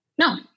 No